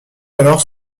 alors